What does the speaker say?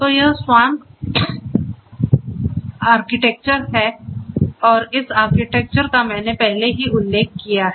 तो यह SWAMP architecture है और इस आर्किटेक्चर का मैंने पहले ही उल्लेख किया है